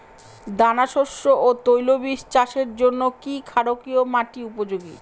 দানাশস্য ও তৈলবীজ চাষের জন্য কি ক্ষারকীয় মাটি উপযোগী?